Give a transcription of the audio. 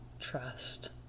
trust